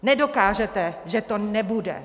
Nedokážete, že to nebude.